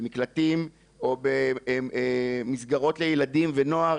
במקלטים או במסגרות לילדים ונוער.